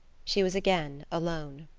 she was again alone.